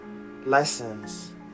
lessons